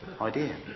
idea